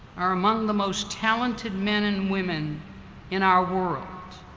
are amongst the most talented men and women in our world.